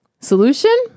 Solution